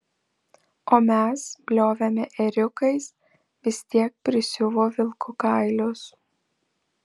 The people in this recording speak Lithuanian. o mes bliovėme ėriukais vis tiek prisiuvo vilkų kailius